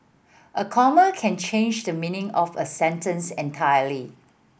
a comma can change the meaning of a sentence entirely